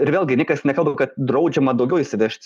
ir vėlgi niekas nekalba kad draudžiama daugiau įsivežt